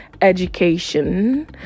education